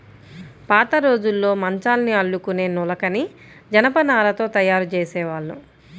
పాతరోజుల్లో మంచాల్ని అల్లుకునే నులకని జనపనారతో తయ్యారు జేసేవాళ్ళు